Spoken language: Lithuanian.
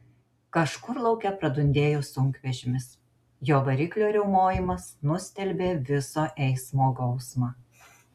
kažkur lauke pradundėjo sunkvežimis jo variklio riaumojimas nustelbė viso eismo gausmą